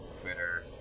Twitter